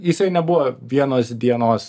jisai nebuvo vienos dienos